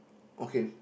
okay